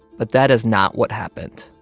but that is not what happened.